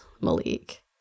Malik